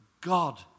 God